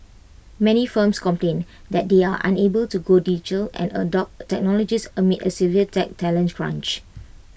many firms complain that they are unable to go digital and adopt technologies amid A severe tech talent crunch